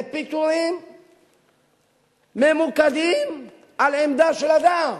זה פיטורים ממוקדים על עמדה של אדם.